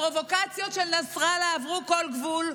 הפרובוקציות של נסראללה עברו כל גבול,